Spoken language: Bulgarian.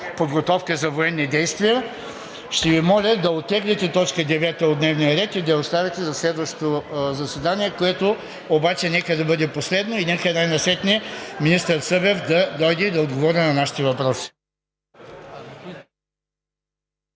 подготовка за военни действия, да оттеглите точка девета от дневния ред и да я оставите за следващо заседание, което обаче нека да бъде последно. Нека най-сетне министър Събев да дойде и да отговори на нашите въпроси.